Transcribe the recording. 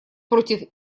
против